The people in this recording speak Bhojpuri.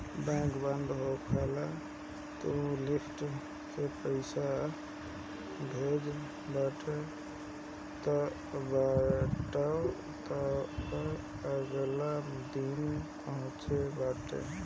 बैंक बंद होखला के बाद तू निफ्ट से पईसा भेजत बाटअ तअ उ अगिला दिने पहुँचत बाटे